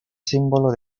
símbolo